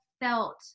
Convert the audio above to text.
felt